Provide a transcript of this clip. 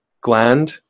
gland